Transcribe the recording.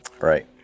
Right